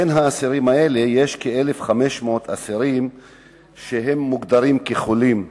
בין האסירים האלה יש כ-1,500 אסירים שמוגדרים חולים,